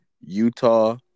Utah